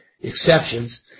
exceptions